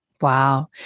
Wow